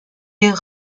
des